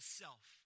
self